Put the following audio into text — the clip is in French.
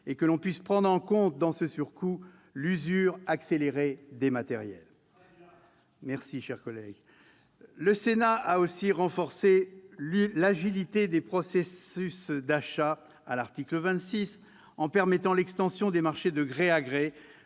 mais aussi de prendre en compte dans ce surcoût l'usure accélérée des matériels. C'est très bien ! Merci, cher collège ! Le Sénat a aussi renforcé l'agilité des processus d'achat à l'article 26, en permettant l'extension des marchés de gré à gré